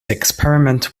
experiment